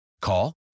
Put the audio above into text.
Call